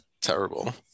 terrible